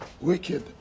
Wicked